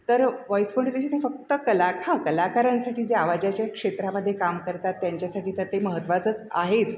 तर voice modulation काय फक्त कला हां कलाकारांसाठी जे आवाजाच्या क्षेत्रामध्ये काम करतात त्यांच्यासाठी तर ते महत्त्वाचंच आहेच